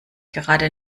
gerade